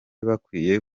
bakwiye